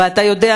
ואתה יודע,